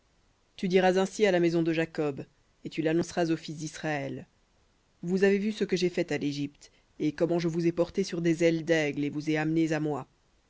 tu diras ainsi à la maison de jacob et tu l'annonceras aux fils disraël vous avez vu ce que j'ai fait à l'égypte et comment je vous ai portés sur des ailes d'aigle et vous ai amenés à moi